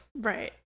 Right